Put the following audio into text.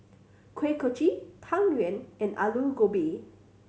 Kuih Kochi Tang Yuen and Aloo Gobi